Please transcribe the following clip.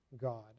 God